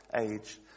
age